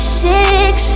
six